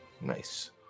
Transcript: Nice